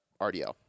RDL